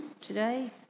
today